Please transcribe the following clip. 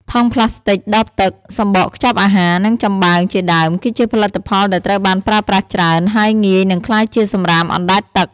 ថង់ប្លាស្ទិក ដបទឹក សម្បកខ្ចប់អាហារ និងចំបើង ជាដើម គឺជាផលិតផលដែលត្រូវបានប្រើប្រាស់ច្រើន ហើយងាយនឹងក្លាយជាសំរាមអណ្តែតទឹក។